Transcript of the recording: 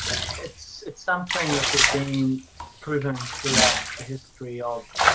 it's it's something which has been proven throughout the history of